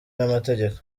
n’amategeko